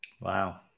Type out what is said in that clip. Wow